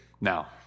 Now